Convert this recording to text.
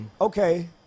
Okay